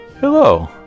hello